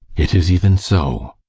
it is even so.